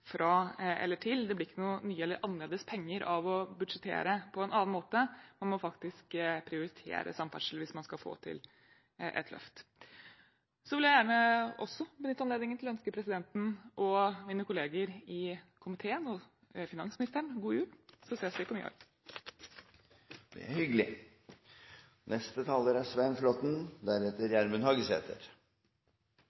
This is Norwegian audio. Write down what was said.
fra eller til. Det blir ikke noe mer eller annerledes penger av å budsjettere på en annen måte. Man må faktisk prioritere samferdsel hvis man skal få til et løft. Så vil jeg gjerne også benytte anledningen til å ønske presidenten, mine kolleger i komiteen og finansministeren god jul. Så ses vi på nyåret. Det er hyggelig.